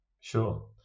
Sure